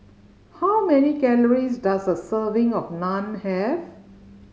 how many calories does a serving of Naan have